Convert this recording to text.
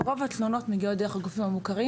רוב התלונות מגיעות דרך הגופים המוכרים.